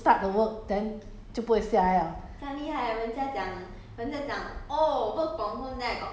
直接坐下来做看 email 一开 hor 看 email 就 start to work then 就不会下来 liao